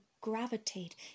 gravitate